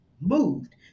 moved